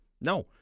no